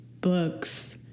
books